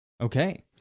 Okay